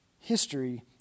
history